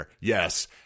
yes